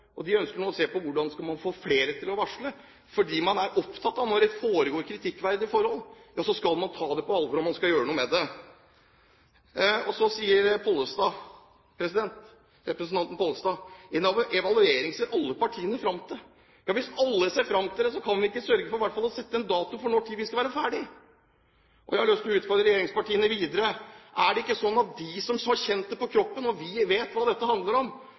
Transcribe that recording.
De ønsker nå å se på hvordan man skal få flere til å varsle, fordi man er opptatt av at når det er kritikkverdige forhold, skal man ta det på alvor, og man skal gjøre noe med det. Så sier representanten Pollestad: En evaluering ser alle partiene fram til. Ja, hvis alle ser fram til det, kan vi ikke da i hvert fall sørge for å sette en dato for når vi skal være ferdige? Jeg har lyst til å utfordre regjeringspartiene videre: Når det gjelder de som har kjent det på kroppen, og som vet hva dette handler om,